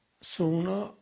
sooner